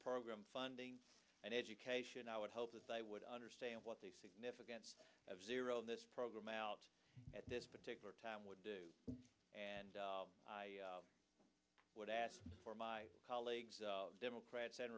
program funding and education i would hope that they would understand what the significance of zero this program out at this particular time would do and i would ask for my colleagues democrats and